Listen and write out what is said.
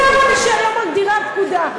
זה העונש שהיום מגדירה הפקודה.